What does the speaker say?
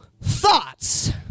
thoughts